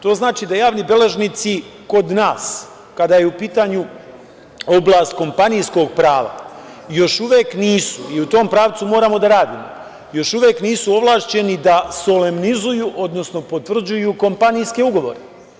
To znači da javni beležnici kod nas, kada je u pitanju oblast kompanijskog prava, još uvek nisu, i u tom pravcu moramo da radimo, još uvek nisu ovlašćeni da solemnizuju, odnosno potvrđuju kompanijske ugovore.